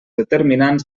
determinants